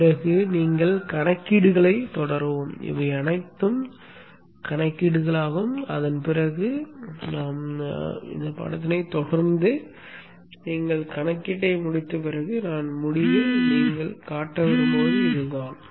பிறகு நீங்கள் கணக்கீடுகளைத் தொடரவும் இவை அனைத்தும் கணக்கீடுகள் ஆகும் அதன் பின் காட்சியைத் தொடர்ந்து நீங்கள் கணக்கீட்டை முடித்த பிறகு நாள் முடிவில் நீங்கள் காட்ட விரும்புவது இதுதான்